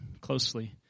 closely